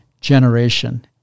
generation